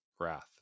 wrath